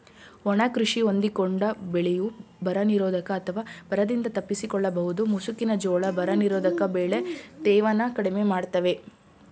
ಒಣ ಕೃಷಿ ಹೊಂದಿಕೊಂಡ ಬೆಳೆಯು ಬರನಿರೋಧಕ ಅಥವಾ ಬರದಿಂದ ತಪ್ಪಿಸಿಕೊಳ್ಳಬಹುದು ಮುಸುಕಿನ ಜೋಳ ಬರನಿರೋಧಕ ಬೆಳೆ ತೇವನ ಕಡಿಮೆ ಮಾಡ್ತವೆ